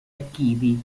archivi